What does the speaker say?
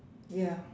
ya